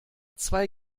zwei